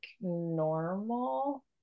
normal